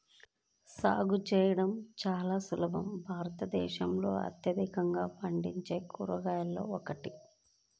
సాగు చేయడం చాలా సులభం భారతదేశంలో అత్యధికంగా పండించే కూరగాయలలో ఒకటి